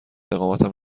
اقامتم